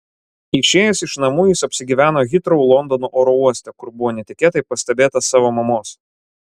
išėjęs iš namų jis apsigyveno hitrou londono oro uoste kur buvo netikėtai pastebėtas savo mamos